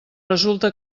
resulta